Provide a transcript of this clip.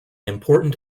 important